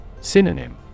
Synonym